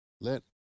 let